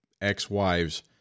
ex-wives